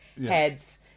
heads